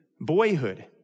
boyhood